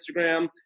Instagram